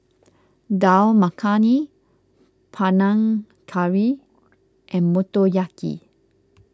Dal Makhani Panang Curry and Motoyaki